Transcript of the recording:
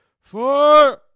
Four